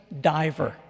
diver